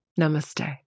Namaste